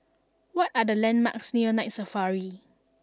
what are the landmarks near Night Safari